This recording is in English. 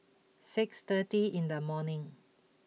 six thirty in the morning